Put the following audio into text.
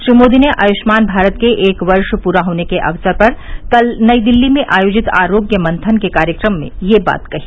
श्री मोदी ने आयुष्मान भारत के एक वर्ष पूरा होने के अवसर पर कल नई दिल्ली में आयोजित आरोग्य मंथन के कार्यक्रम में यह बात कही